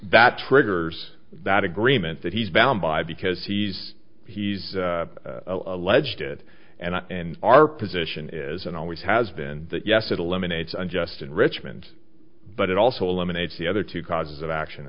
that triggers that agreement that he's bound by because he's he's alleged it and i and our position is and always has been that yes it eliminates unjust enrichment but it also lemonades the other two causes of action